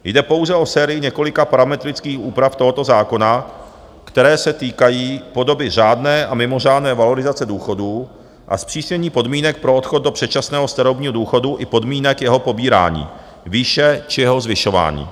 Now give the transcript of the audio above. Jde pouze o sérii několika parametrických úprav tohoto zákona, které se týkají podoby řádné a mimořádné valorizace důchodů a zpřísnění podmínek pro odchod do předčasného starobního důchodu i podmínek jeho pobírání, výše či jeho zvyšování.